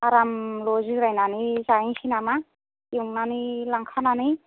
आरामल' जिरायनानै जाहैनोसै नामा एवनानै लांखानानै